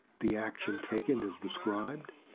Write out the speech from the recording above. the action taken is described,